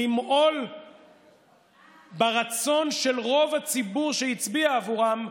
למעול ברצון של רוב הציבור שהצביע עבורם,